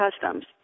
customs